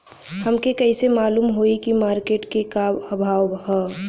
हमके कइसे मालूम होई की मार्केट के का भाव ह?